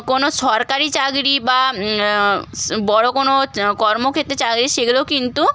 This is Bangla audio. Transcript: কোনো সরকারি চাকরি বা স্ বড় কোনো চ্ কর্মক্ষেত্রে চাকরি সেগুলো কিন্তু